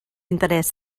interès